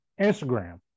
Instagram